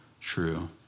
true